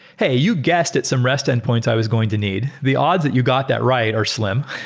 hey, you guessed at some rest endpoints i was going to need. the odds that you got that right are slim,